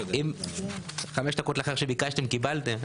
חמש דקות לאחר שביקשתם קיבלתם.